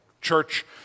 church